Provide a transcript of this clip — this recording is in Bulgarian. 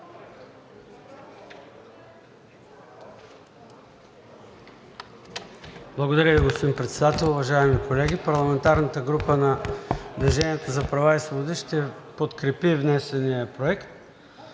Благодаря Ви, господин Председател. Уважаеми колеги, парламентарната група на „Движение за права и свободи“ ще подкрепи внесения проект.